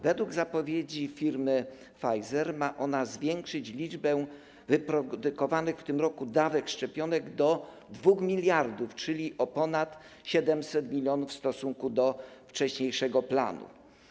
Według zapowiedzi firmy Pfizer ma ona zwiększyć liczbę wyprodukowanych w tym roku dawek szczepionek do 2 mld, czyli o ponad 700 mln w stosunku do wcześniejszego planu.